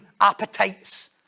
appetites